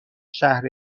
شهر